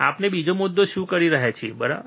આપણે બીજો મુદ્દો શું કરી રહ્યા છીએ બરાબર